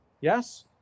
yes